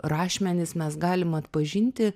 rašmenis mes galim atpažinti